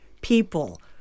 people